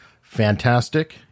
Fantastic